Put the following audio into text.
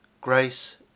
grace